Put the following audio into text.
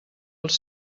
els